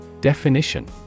Definition